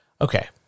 Okay